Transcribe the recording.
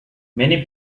many